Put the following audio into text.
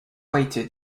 waited